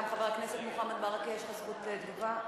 גם חבר הכנסת מוחמד ברכה, יש לך זכות תגובה.